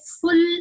full